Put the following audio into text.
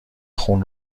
خون